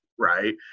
right